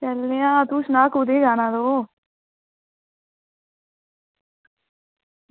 चलने आं तूं सनाऽ कुत्थें जाना तूं